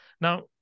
Now